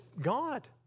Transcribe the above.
God